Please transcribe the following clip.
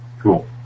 Cool